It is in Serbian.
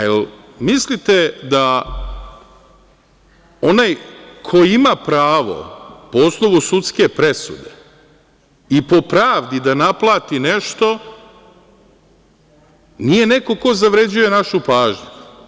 Da li mislite da onaj ko ima pravo, po osnovu sudske presude i po pravdi da naplati nešto, nije neko ko zavređuje našu pažnju?